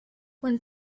when